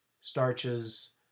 starches